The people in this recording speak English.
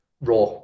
raw